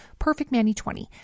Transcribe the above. PERFECTManny20